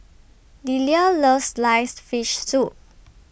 Delia loves Sliced Fish Soup